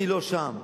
אני לא שם,